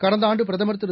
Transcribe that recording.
கடந்தஆண்டுபிரதமர் திரு